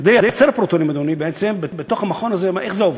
כדי לייצר פרוטונים, אדוני, בעצם איך זה עובד?